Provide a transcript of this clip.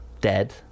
dead